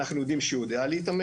אנחנו יודעים שהוא יודע להתאמן,